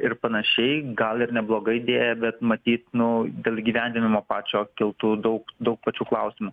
ir panašiai gal ir nebloga idėja bet matyt nu dėl įgyvendinimo pačio kiltų daug daug pačių klausimų